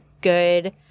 good